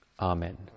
Amen